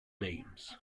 names